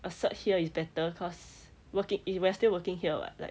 a cert here is better cause working we're still working here [what] like